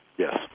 Yes